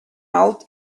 out